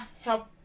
help